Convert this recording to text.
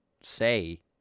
say